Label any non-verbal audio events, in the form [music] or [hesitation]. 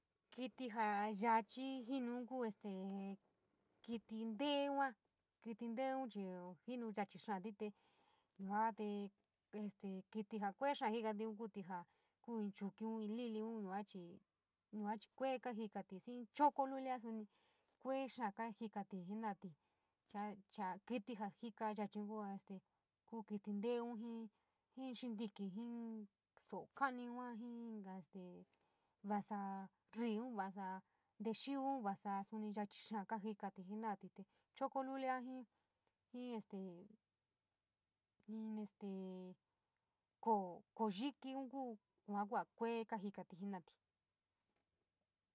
Kiti jaa yachi jinun kuu kiti ntee yua, kititeeun chii jinu yachi xaati te yuate kití jaa kuee xaa jikatiub kuti jaa kuu in chukiun, inn li’iliun yua chii yua chii kuee kajitaki, jii choko lulia suni kue xaa kajikatu jena’ ati, cha, cha kiti jaa jika yachiun kua este kuu kiti nteun jii, jiin xintiki ujun xo’o kaaniun yua jii inca stee vasa rííun, vasa tíxiun, vasa subi yachi xaa kajikate jena’ati te choko lulia jii, jiin este [hesitation] jii este koo, koo yikiun kuu yua ku jaa kuee kajikalí jina’ati.